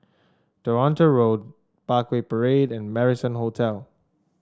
Toronto Road Parkway Parade and Marrison Hotel